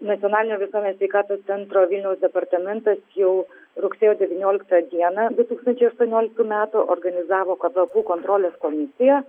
nacionalinio visuomenės sveikatos centro vilniaus departamentas jau rugsėjo devynioliktą dieną du tūkstančiai aštuonioliktų metų organizavo kazokų kontrolės komisija